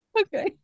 Okay